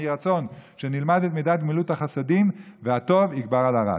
יהי רצון שנלמד את מידת גמילות החסדים והטוב יגבר על הרע.